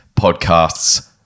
podcast's